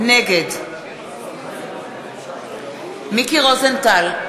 נגד מיקי רוזנטל,